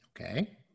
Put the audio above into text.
Okay